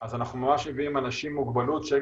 אז אנחנו ממש מביאים אנשים עם מוגבלות שהם